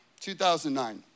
2009